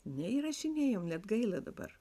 neįrašinėjom net gaila dabar